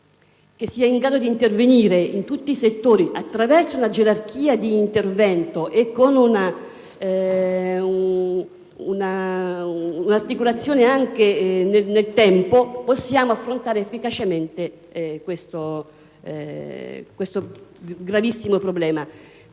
che sia in grado di intervenire in tutti i settori, attraverso una gerarchia di intervento e con una articolazione anche nel tempo, possiamo affrontare efficacemente questo gravissimo problema.